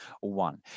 one